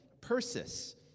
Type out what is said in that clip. Persis